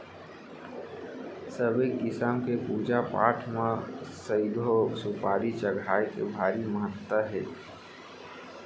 सबे किसम के पूजा पाठ म सइघो सुपारी चघाए के भारी महत्ता हे